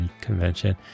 Convention